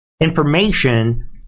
Information